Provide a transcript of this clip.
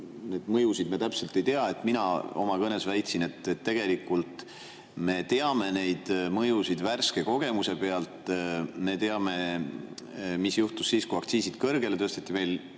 neid mõjusid me täpselt ei tea. Mina oma kõnes väitsin, et tegelikult me teame neid mõjusid värske kogemuse pealt. Me teame, mis juhtus siis, kui aktsiisid kõrgele tõsteti.